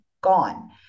gone